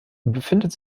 befindet